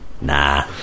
nah